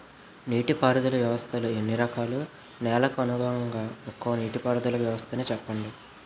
నీటి పారుదల వ్యవస్థలు ఎన్ని రకాలు? నెలకు అనుగుణంగా ఒక్కో నీటిపారుదల వ్వస్థ నీ చెప్పండి?